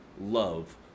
love